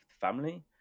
family